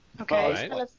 Okay